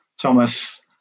Thomas